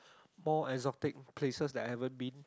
more exotic places that I haven't been